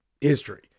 history